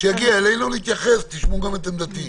כשיגיע אלינו נתייחס, ותשמעו גם את דעתי.